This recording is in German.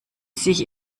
sich